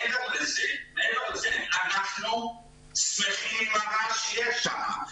מעבר לזה, אנחנו שמחים עם הרעש שיש שם.